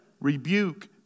rebuke